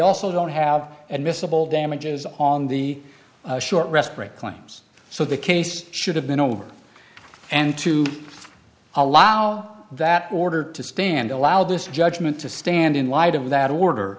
also don't have and miscible damages on the short rest break claims so the case should have been over and to allow that order to stand allow this judgment to stand in light of that order